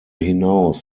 hinaus